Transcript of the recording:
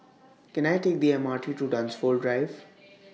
Can I Take The M R T to Dunsfold Drive